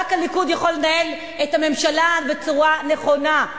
רק הליכוד יכול לנהל את הממשלה בצורה נכונה,